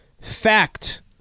Fact